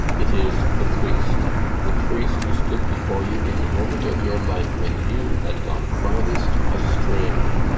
it is the priest the priest who stood before you in the moment of your life when you had gone farthest astray.